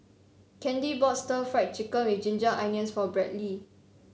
Candy bought Stir Fried Chicken with Ginger Onions for Bradley